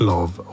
Love